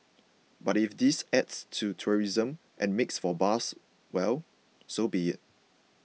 but if this adds to tourism and makes for buzz well so be it